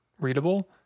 readable